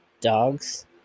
dogs